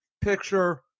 picture